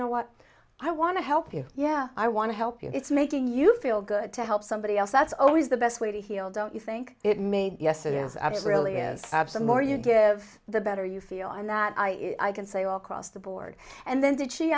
know what i want to help you yeah i want to help you it's making you feel good to help somebody else that's always the best way to heal don't you think it made yes it is absolutely is absent more you give the better you feel and that i can say will cross the board and then did she